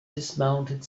dismounted